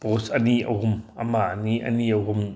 ꯄꯣꯁ ꯑꯅꯤ ꯑꯍꯨꯝ ꯑꯃ ꯑꯅꯤ ꯑꯅꯤ ꯑꯍꯨꯝ